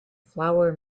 flour